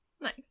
Nice